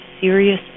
serious